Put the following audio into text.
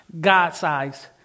God-sized